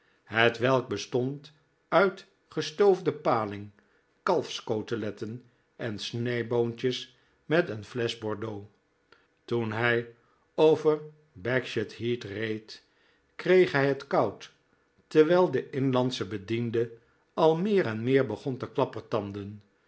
hetwelk bestond uit gestoofde paling kalfscoteletten en snijboontjes met een flesch bordeaux toen hij over bagshot heath reed kreeg hij het koud terwijl de inlandsche bediende a l meer en meer begon te